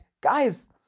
guys